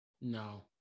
No